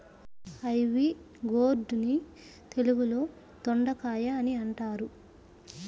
ivy gourd ని తెలుగులో దొండకాయ అని అంటారు